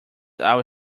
our